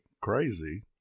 crazy